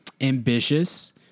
ambitious